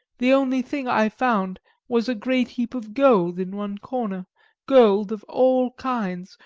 the only thing i found was a great heap of gold in one corner gold of all kinds,